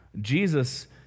Jesus